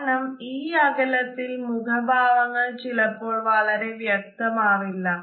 കാരണം ഈ അകലത്തിൽ മുഘഭാവങ്ങൾ ചിലപ്പോൾ വളരെ വ്യക്തമാകില്ല